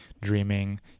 dreaming